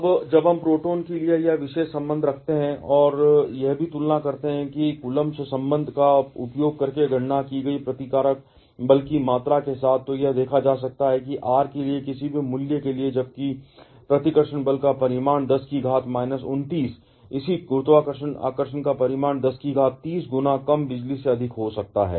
अब जब हम प्रोटॉन के लिए यह विशेष संबंध रखते हैं और यह भी तुलना करते हैं कि Coulombs संबंध का उपयोग करके गणना की गई प्रतिकारक बल की मात्रा के साथ तो यह देखा जा सकता है कि आर के किसी भी मूल्य के लिए जबकि प्रतिकर्षण बल का परिमाण है 10 इसी गुरुत्वाकर्षण आकर्षण का परिमाण 10 गुना कम बिजली से अधिक हो सकता है